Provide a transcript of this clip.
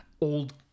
old